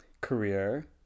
career